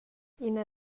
ina